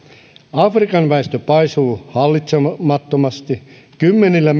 afrikan väestö paisuu hallitsemattomasti kymmenillä